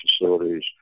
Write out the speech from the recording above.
facilities